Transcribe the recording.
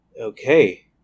okay